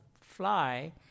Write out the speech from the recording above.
fly